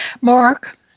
Mark